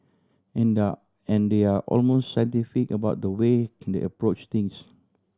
and there're and they are almost scientific about the way they approach things